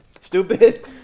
stupid